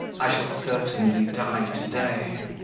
i shall certainly die to-day.